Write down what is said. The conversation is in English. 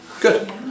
Good